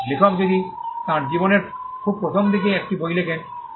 সুতরাং লেখক যদি তাঁর জীবনের খুব প্রথম দিকে একটি বই লিখেন